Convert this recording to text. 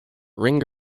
ring